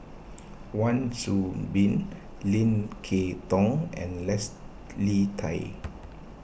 Wan Soon Bee Lim Kay Tong and Leslie Tay